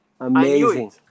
Amazing